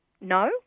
no